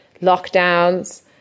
lockdowns